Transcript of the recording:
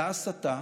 אותה הסתה